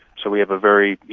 so we have a very,